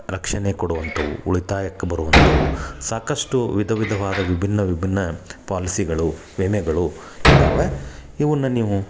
ರಕ್ಷಣೆ ಕೊಡುವಂಥವು ಉಳಿತಾಯಕ್ಕೆ ಬರುವಂಥವು ಸಾಕಷ್ಟು ವಿಧವಿಧವಾದ ವಿಭಿನ್ನ ವಿಭಿನ್ನ ಪಾಲಿಸಿಗಳು ವಿಮೆಗಳು ಇದಾವೆ ಇವನ್ನು ನೀವು